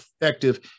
effective